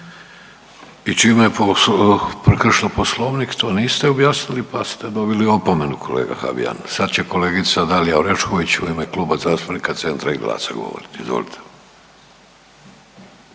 I čime je prekršila Poslovnik to niste objasnili, pa ste dobili opomenu kolega Habijan. Sad će kolegica Dalija Orešković u ime Kluba zastupnika CENTRA i GLAS-a govoriti. Izvolite.